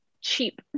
cheap